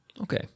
Okay